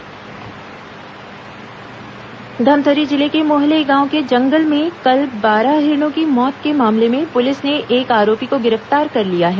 हिरण मौत आरोपी गिरफ्तार धमतरी जिले के मोहलई गांव के जंगल में कल बारह हिरणों की मौत के मामले में पुलिस ने एक आरोपी को गिरफ्तार कर लिया है